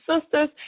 Sisters